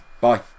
Bye